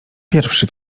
pierwszy